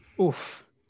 Oof